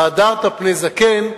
"והדרת פני זקן",